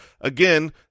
Again